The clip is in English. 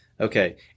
Okay